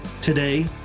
Today